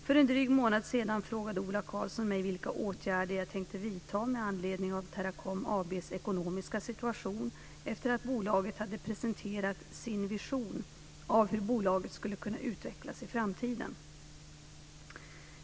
För en dryg månad sedan frågade Ola Karlsson mig vilka åtgärder jag tänkte vidta med anledning av Teracom AB:s ekonomiska situation efter det att bolaget hade presenterat sin vision av hur bolaget skulle kunna utvecklas i framtiden.